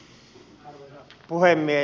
arvoisa puhemies